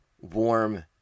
warm